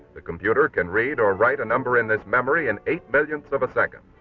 the computer can read or write a number in this memory in eight millionths of a second.